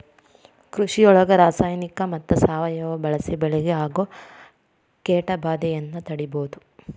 ಕೃಷಿಯೊಳಗ ರಾಸಾಯನಿಕ ಮತ್ತ ಸಾವಯವ ಬಳಿಸಿ ಬೆಳಿಗೆ ಆಗೋ ಕೇಟಭಾದೆಯನ್ನ ತಡೇಬೋದು